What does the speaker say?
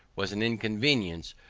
was an inconvenience,